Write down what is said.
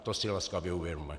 To si laskavě uvědomme.